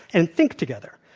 and think together.